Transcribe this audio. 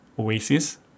Oasis